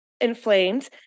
inflamed